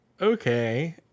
Okay